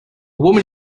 woman